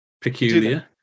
peculiar